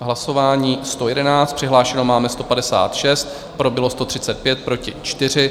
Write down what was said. Hlasování číslo 111, přihlášeno máme 156, pro bylo 135, proti 4.